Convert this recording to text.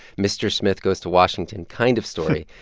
mr. smith goes to washington kind of story.